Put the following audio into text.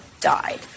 died